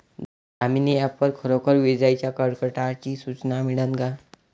Damini app वर खरोखर विजाइच्या कडकडाटाची सूचना मिळन का?